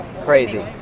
Crazy